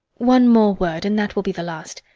one more word, and that will be the last.